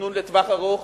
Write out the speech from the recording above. תכנון לטווח ארוך,